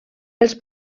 els